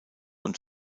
und